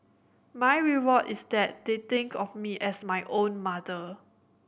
my reward is that they think of me as my own mother